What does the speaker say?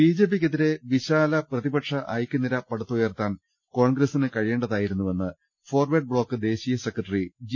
ബിജെപിക്കെതിരെ വിശാല പ്രതിപക്ഷ ഐക്യനിര പടുത്തുയർത്താൻ കോൺഗ്രസിന് കഴിയേണ്ട തായിരു ന്നുവെന്ന് ഫോർവേഡ് ബ്ലോക്ക് ദേശ്യീയ സെക്രട്ടറി ജി